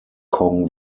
kong